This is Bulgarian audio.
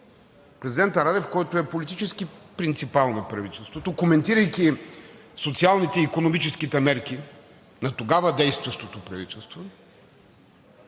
президентът Радев, който е политически принципал на правителството, коментирайки социалните и икономическите мерки на тогава действащото правителство,